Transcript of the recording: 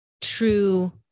true